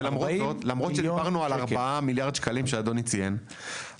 ולמרות שדיברנו על 4 מיליארד שקלים שאדוני ציין,